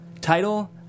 Title